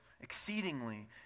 exceedingly